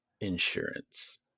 insurance